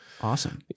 Awesome